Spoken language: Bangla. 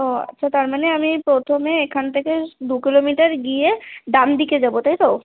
ও আচ্ছা তার মানে আমি এই প্রথমে এখান থেকে দু কিলোমিটার গিয়ে ডানদিকে যাবো তাই তো